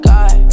God